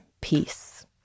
peace